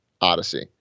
Odyssey